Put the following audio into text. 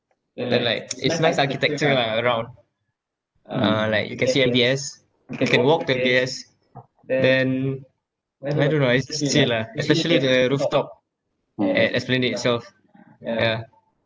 then like it's nice architecture lah around uh like you can see M_B_S you can walk to M_B_S then I don't know I lah especially the rooftop at esplanade itself yeah